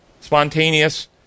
Spontaneous